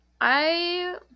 I-